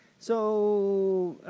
so,